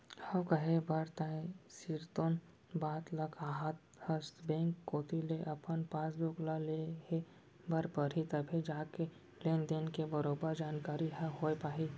हव कहे बर तैं सिरतोन बात ल काहत हस बेंक कोती ले अपन पासबुक ल लेहे बर परही तभे जाके लेन देन के बरोबर जानकारी ह होय पाही